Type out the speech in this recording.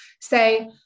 say